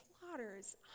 slaughters